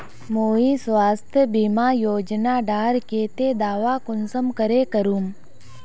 मुई स्वास्थ्य बीमा योजना डार केते दावा कुंसम करे करूम?